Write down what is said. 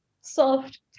soft